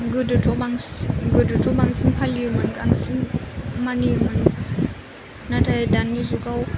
गोदोथ' बांसि गोदोथ' बांसिन फालियोमोन बांसिन मानियोमोन नाथाय दानि जुगाव